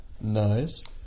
Nice